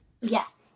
Yes